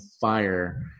fire